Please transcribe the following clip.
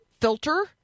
filter